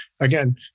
again